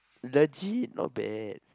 legit not bad